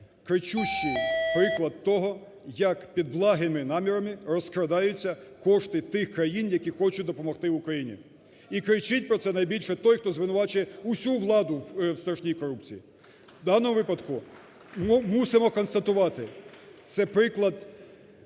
кричущий приклад того, як під благими намірами розкрадаються кошти тих країн, які хочуть допомогти України. І кричить про це найбільше той, хто звинувачує всю владну в страшній корупції. В даному випадку мусимо констатувати, це приклад